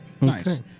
Nice